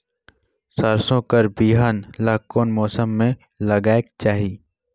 सरसो कर बिहान ला कोन मौसम मे लगायेक चाही?